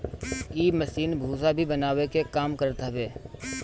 इ मशीन भूसा भी बनावे के काम करत हवे